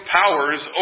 powers